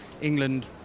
England